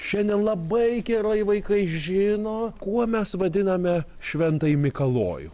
šiandien labai gerai vaikai žino kuo mes vadiname šventąjį mikalojų